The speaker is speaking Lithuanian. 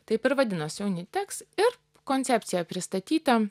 taip ir vadinosi uniteks ir koncepcija pristatyta